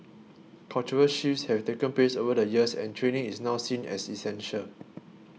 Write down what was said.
cultural shifts have taken place over the years and training is now seen as essential